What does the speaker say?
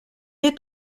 est